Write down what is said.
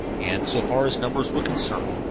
and, so far as numbers were concerned,